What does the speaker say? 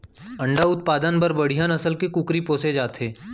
अंडा उत्पादन बर बड़िहा नसल के कुकरी पोसे जाथे